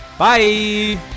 Bye